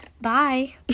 Bye